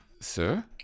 Sir